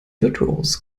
virtuos